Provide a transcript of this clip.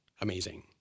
amazing